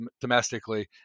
domestically